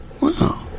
Wow